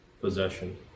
possession